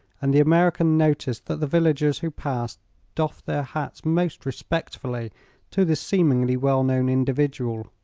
and the american noticed that the villagers who passed doffed their hats most respectfully to this seemingly well-known individual.